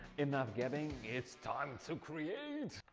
enough gabbing, it's time to create!